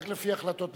רק לפי החלטות ממשלה.